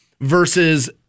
versus